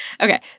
Okay